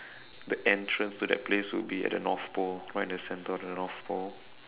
the entrance to that place would be at the north pole right in the centre of the north pole